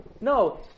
No